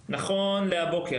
לבחון,